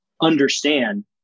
understand